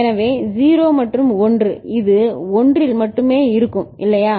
எனவே 0 மற்றும் 1 இது 1 இல் மட்டுமே இருக்கும் இல்லையா